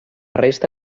resta